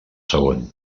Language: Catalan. segon